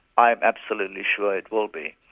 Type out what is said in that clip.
i'm absolutely sure it will be.